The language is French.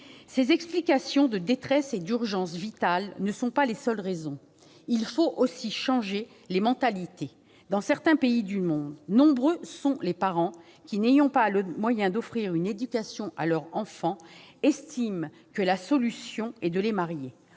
Ces explications de détresse et d'urgence vitale ne sont pas les seules raisons. Il faut aussi changer les mentalités : dans certains pays du monde, nombreux sont les parents qui, n'ayant pas les moyens d'offrir une éducation à leurs enfants, estiment que la solution est de les marier.